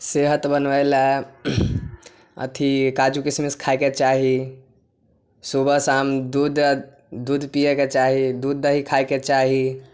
सेहत बनबै लए अथी काजू किसमिश खायके चाही सुबह शाम दूध दूध पिएके चाही दूध दही खायके चाही